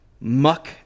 muck